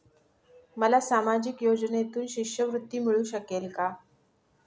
मला सामाजिक योजनेतून शिष्यवृत्ती मिळू शकेल का?